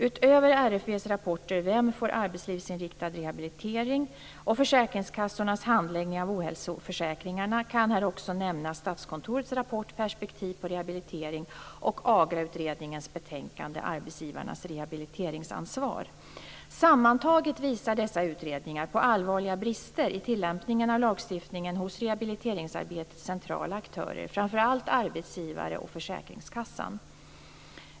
Utöver RFV:s rapporter Vem får arbetslivsinriktad rehabilitering och Försäkringskassornas handläggning av ohälsoförsäkringarna , kan här också nämnas Statskontorets rapport Perspektiv på rehabilitering Sammantaget visar dessa utredningar på allvarliga brister i tillämpningen av lagstiftningen hos rehabiliteringsarbetets centrala aktörer, framför allt arbetsgivare och försäkringskassan.